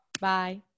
Bye